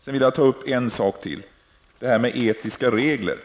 Sedan vill jag ta upp en sak till, och det är etiska regler.